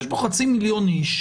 יש כאן חצי מיליון אנשים